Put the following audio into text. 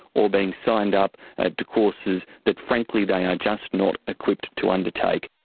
or being signed up ah to courses that frankly they are just not equipped to undertake.